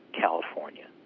California